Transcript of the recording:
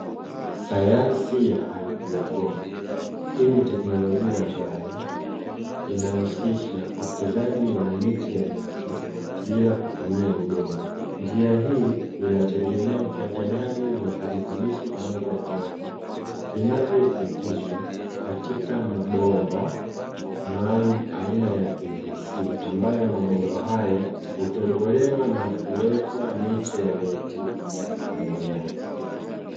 Sayansi ya hydroponi hii ni teknolojia ambayo inahusisha ukuzaji wa miche ya miti bila kutumia udongo njia hii inategemea uchanganyaji wa virutubishi pamoja na maji vinavyopitishwa katika mabomba maalumu aina ya pvc ambayo mabomba hayo hutobolewa na kuwekwa miche ya miti ndani yake.